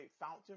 fountain